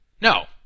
No